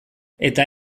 eta